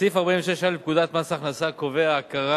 סעיף 46(א) לפקודת מס הכנסה קובע הכרה